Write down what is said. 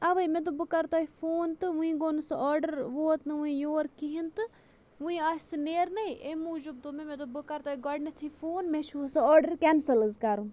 اَوے مےٚ دوٚپ بہٕ کَرٕ تۄہہِ فون تہٕ وُنہِ گوٚو نہٕ سُہ آرڈَر ووت نہٕ وُنہِ یور کِہیٖنۍ تہٕ وُنہِ آسہِ سُہ نیرنٕے اَمہِ موٗجوٗب دوٚپ مےٚ مےٚ دوٚپ بہٕ کَرٕ تۄہہِ گۄڈٕنٮ۪تھٕے فون مےٚ چھُو سُہ آرڈَر کینسل حظ کَرُن